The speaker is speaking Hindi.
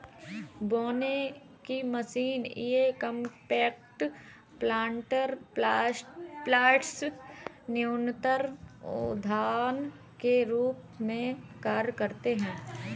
बोने की मशीन ये कॉम्पैक्ट प्लांटर पॉट्स न्यूनतर उद्यान के रूप में कार्य करते है